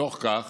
בתוך כך